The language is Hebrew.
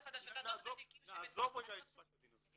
עזוב את התיקים --- נעזוב את פסק הדין הזה.